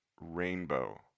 rainbow